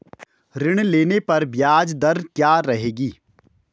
ऋण लेने पर ब्याज दर क्या रहेगी?